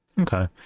Okay